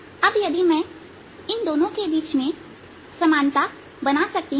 अब यदि मैं इन दोनों के बीच में समानता बना सकती हूं